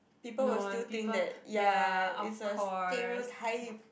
people will still think that ya it's a stereotype